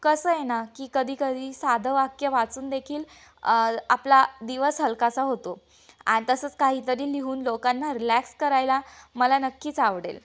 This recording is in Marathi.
कसं आहे ना की कधी कधी साधं वाक्य वाचून देखील आपला दिवस हलकासा होतो आणि तसंच काहीतरी लिहून लोकांना रिलॅक्स करायला मला नक्कीच आवडेल